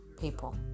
people